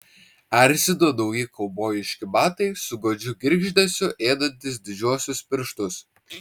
erzino nauji kaubojiški batai su godžiu girgždesiu ėdantys didžiuosius pirštus